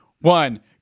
one